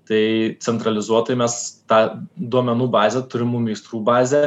tai centralizuotai mes tą duomenų bazę turimų meistrų bazę